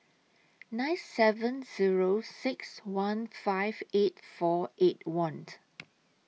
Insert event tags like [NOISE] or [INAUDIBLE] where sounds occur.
nine seven Zero six one five eight four eight one [UNINTELLIGIBLE]